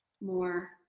more